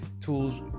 tools